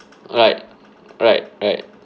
right right right